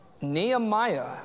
Nehemiah